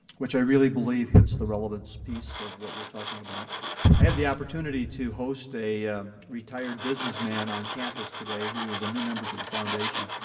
which i really believe hits the relevance piece of what we're talking about. i had the opportunity to host a retired businessman on campus today who was a new member to the foundation,